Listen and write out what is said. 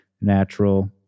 natural